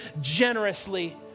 generously